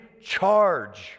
charge